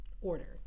order